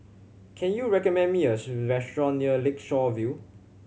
can you recommend me a restaurant near Lakeshore View